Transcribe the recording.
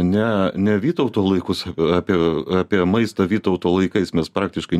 ne ne vytauto laikus apie apie maistą vytauto laikais mes praktiškai